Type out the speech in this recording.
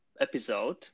episode